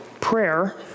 prayer